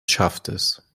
schaftes